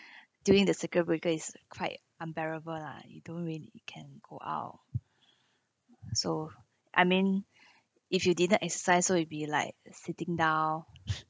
during the circuit breaker is quite unbearable lah you don't really can go out so I mean if you didn't exercise so it'll be like sitting down